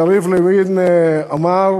יריב לוין אמר,